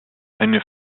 eine